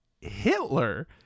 Hitler